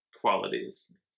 qualities